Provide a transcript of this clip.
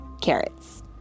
carrots